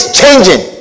changing